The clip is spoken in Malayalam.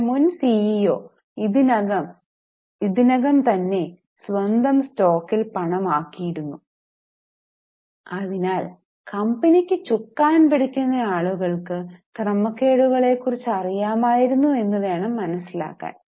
എന്നാൽ മുൻ സിഇഒ ഇതിനകം തന്നെ സ്വന്തം സ്റ്റോക്കിൽ പണം ആക്കിയിരുന്നു അതിനാൽ കമ്പനിക്ക് ചുക്കാൻ പിടിക്കുന്ന ആളുകൾക്ക് ക്രമക്കേടുകളെ കുറിച്ച അറിയാമായിരുന്നു എന്ന് വേണം മനസിലാക്കാൻ